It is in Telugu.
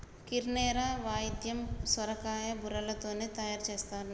కిన్నెర వాయిద్యం సొరకాయ బుర్రలతోనే తయారు చేసిన్లట